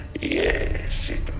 Yes